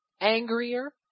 angrier